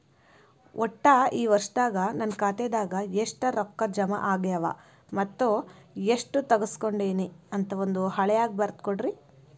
ಒಟ್ಟ ಈ ವರ್ಷದಾಗ ನನ್ನ ಖಾತೆದಾಗ ಎಷ್ಟ ರೊಕ್ಕ ಜಮಾ ಆಗ್ಯಾವ ಮತ್ತ ಎಷ್ಟ ತಗಸ್ಕೊಂಡೇನಿ ಅಂತ ಒಂದ್ ಹಾಳ್ಯಾಗ ಬರದ ಕೊಡ್ರಿ